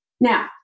Now